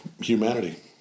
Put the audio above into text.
humanity